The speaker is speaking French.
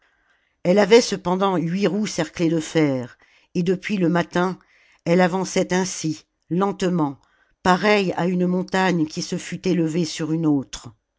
elle avait cependant huit roues cerclées de fer et depuis le matin elle avançait ainsi lentement pareille à une montagne qui se fût élevée sur une autre